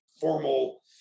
formal